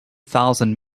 thousand